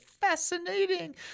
fascinating